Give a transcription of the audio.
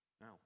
Now